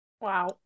Wow